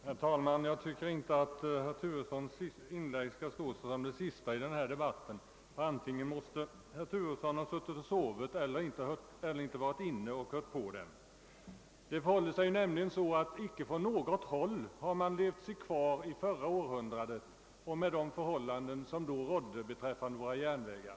Herr talman! Jag tycker inte att herr Turessons inlägg skall få stå som det sista i denna debatt, ty antingen måste herr Turesson ha sovit, eller också har han inte varit närvarande i kammaren och lyssnat på debatten. Det förhåller sig nämligen så att man inte från något håll har levt sig kvar i förra århundradet och i de förhållanden som då rådde beträffande våra järnvägar.